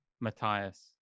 Matthias